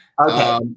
Okay